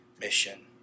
mission